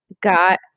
got